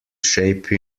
shape